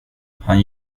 han